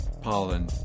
pollen